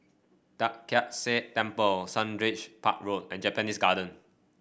Tai Kak Seah Temple Sundridge Park Road and Japanese Garden